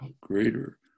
greater